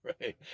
Right